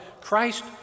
Christ